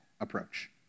approach